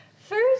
First